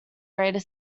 greater